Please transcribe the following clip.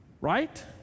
Right